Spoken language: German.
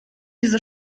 diese